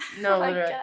no